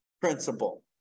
principle